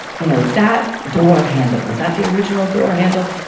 you know, that door handle was at the original door handle.